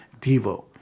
Devo